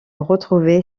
retrouver